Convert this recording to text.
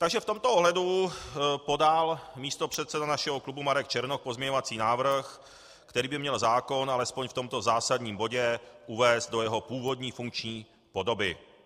Takže v tomto ohledu podal místopředseda našeho klubu Marek Černoch pozměňovací návrh, který by měl zákon alespoň v tomto zásadním bodě uvést do jeho původní funkční podoby.